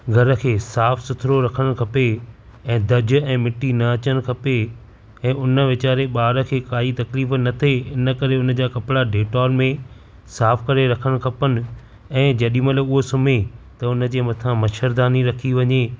घर खे साफ़ु सुथरो रखणु खपे ऐं दज़ ऐं मिटी न अचणु खपे ऐं हुन वेचारे ॿार खे काई तकलीफ़ु न थिए हिन करे हुन जा कपिड़ा डेटॉल में साफ़ु करे रखणु खपनि ऐं जॾीमहिल उहो सुम्हे त हुन जे मथां मछरदानी रखी वञे